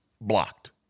Blocked